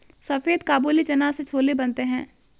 सफेद काबुली चना से छोले बनते हैं